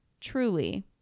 Truly